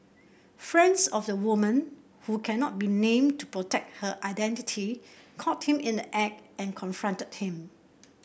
friends of the woman who cannot be named to protect her identity caught him in the act and confronted him